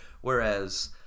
Whereas